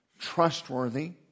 trustworthy